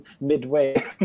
midway